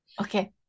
okay